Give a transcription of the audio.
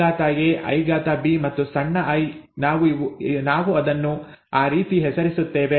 IA IB ಮತ್ತು ಸಣ್ಣ I ನಾವು ಅದನ್ನು ಆ ರೀತಿ ಹೆಸರಿಸುತ್ತೇವೆ